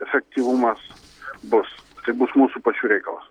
efektyvumas bus tai bus mūsų pačių reikalas